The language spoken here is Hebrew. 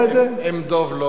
אם דב לא,